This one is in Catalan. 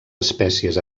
espècies